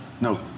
No